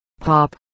Pop